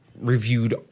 reviewed